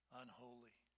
unholy